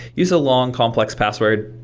use a long complex password.